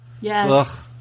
Yes